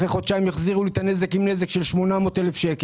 אחרי חודשיים החזירו לי את הנכס עם נזק של 800,000 ₪.